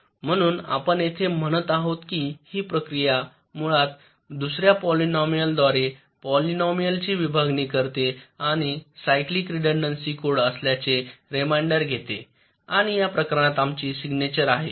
म्हणून आपण येथे म्हणत आहात की ही प्रक्रिया मूलत दुसर्या पॉलिनोमियाल द्वारे पॉलिनोमियाल ची विभागणी करते आणि सायक्लिक रिडंडंसी कोड असल्याचे रिमाइंडर घेते आणि या प्रकरणात आमची सिग्नेचर आहे